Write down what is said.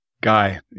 Guy